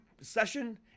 session